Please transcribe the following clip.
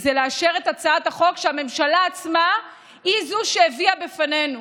וזה לאשר את הצעת החוק שהממשלה עצמה היא שהביאה אותו בפנינו,